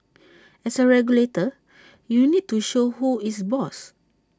as A regulator you need to show who is boss